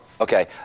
Okay